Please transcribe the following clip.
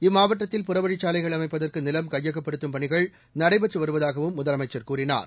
இம்மாவட்டத்தில் புறவழிச்சாலைகள் அமைப்பதற்கு நிலம் கையகப்படுத்தும் பணிகள் நடைபெற்று வருவதாகவும் முதலமைச்சர் கூறினார்